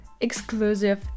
exclusive